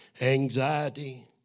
anxiety